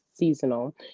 seasonal